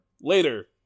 Later